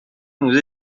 موزه